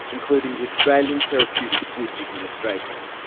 including the australian therapeutic goods administration.